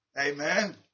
Amen